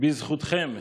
בזכותכם,